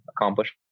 accomplish